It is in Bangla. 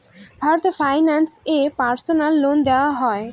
ভারত ফাইন্যান্স এ পার্সোনাল লোন দেওয়া হয়?